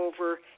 over